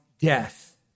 death